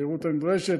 בזהירות הנדרשת,